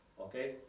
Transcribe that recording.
Okay